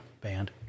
band